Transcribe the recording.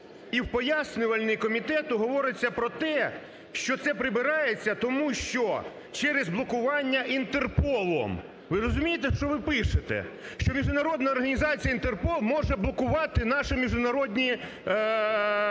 І в поясненні комітету говориться про те, що це прибирається тому, що через блокування "Інтерполом". Ви розумієте, що ви пишете? Що міжнародна організація "Інтерпол" може блокувати наші міжнародні розшуки